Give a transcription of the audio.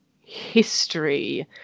history